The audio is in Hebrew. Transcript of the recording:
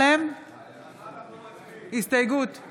הוצאתי אותי